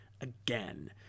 again